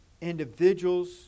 Individuals